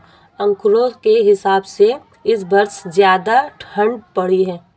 आंकड़ों के हिसाब से इस वर्ष ज्यादा ठण्ड पड़ी है